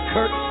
Kurt